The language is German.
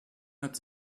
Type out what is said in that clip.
hat